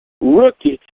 rookie